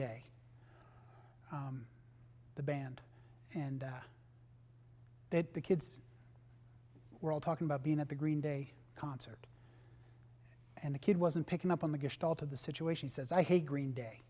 day the band and that the kids were all talking about being at the green day concert and the kid wasn't picking up on the gift all to the situation he says i hate green day